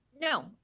No